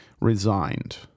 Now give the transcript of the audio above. resigned